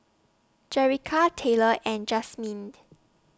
Jerica Tyler and Jasmyne